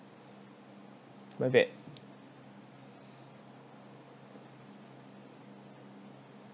my bad